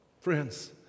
Friends